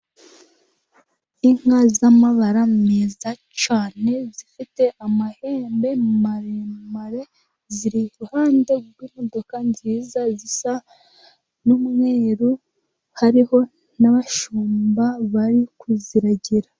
Inka z'amabara meza cyane, zifite amahembe maremare, ziri iruhande rw'imodoka nziza zisa n'umweruru, hariho n'abashumba bari kuziragira.